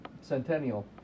centennial